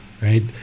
right